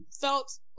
felt